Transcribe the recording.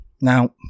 Now